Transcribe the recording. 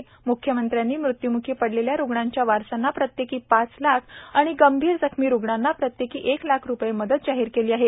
म्ख्यमंत्र्यांनी मृत्यूमुखी पडलेल्या रुग्णांच्या वारसांना प्रत्येकी पाच लाख आणि गंभीर जखमी रुग्णांना प्रत्येकी एक लाख रुपये मदत जाहीर केली आहे